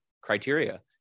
criteria